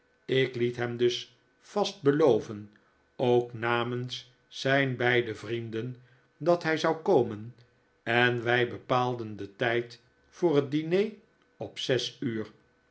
ik liet hem dus vast beloven ook namens zijn beide vrienden dat hij zou komen en wij bepaalden den tijd voor het diner op zesuur